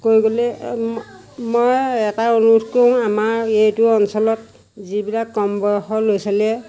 কৈ গ'লে মই এটা অনুৰোধ কৰোঁ আমাৰ এইটো অঞ্চলত যিবিলাক কম বয়সৰ ল'ৰা ছোৱালীয়ে